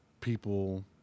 people